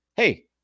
hey